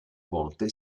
volte